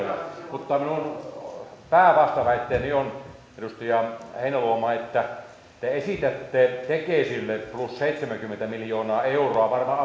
mutta päävastaväitteeni on edustaja heinäluoma että te esitätte tekesille plus seitsemänkymmentä miljoonaa euroa varmaan